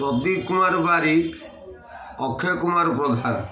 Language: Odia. ପ୍ରଦୀପ କୁମାର ବାରିକ ଅକ୍ଷୟ କୁମାର ପ୍ରଧାନ